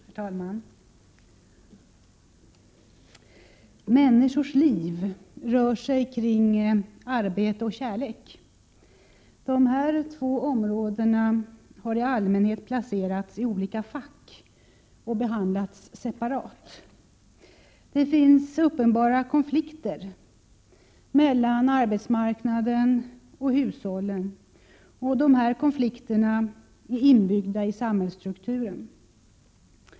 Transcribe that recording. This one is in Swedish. Herr talman! Människors liv rör sig kring arbete och kärlek. Dessa två områden har i allmänhet placerats i olika fack och behandlats separat. Det finns uppenbara konflikter mellan arbetsmarknaden och hushållen, och dessa konflikter är inbyggda i samhällsstrukturen.